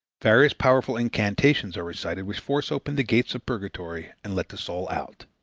various powerful incantations are recited which force open the gates of purgatory and let the soul out.